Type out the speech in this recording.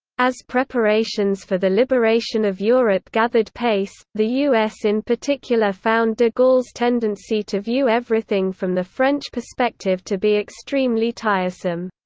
as preparations for the liberation of europe gathered pace, the us in particular found de gaulle's tendency to view everything from the french perspective to be extremely tiresome.